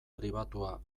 pribatua